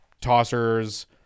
Tossers